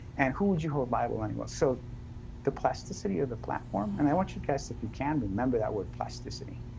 and who would you hold liable anyway? so the plasticity of the platform and i want you guys if you can to remember that word plasticity